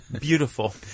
Beautiful